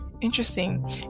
interesting